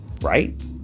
right